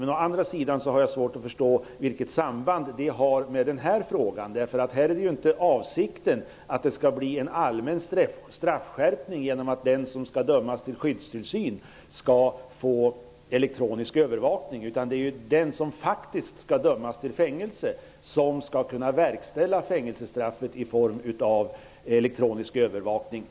Men å andra sidan har jag svårt att förstå vilket samband det har med den här frågan. Här är ju inte avsikten att det skall bli en allmän straffskärpning genom att den som skall dömas till skyddstillsyn skall få elektronisk övervakning. Det är ju i stället den som faktiskt skall dömas till fängelse som skall kunna verkställa fängelsestraffet i form av elektronisk övervakning.